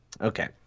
Okay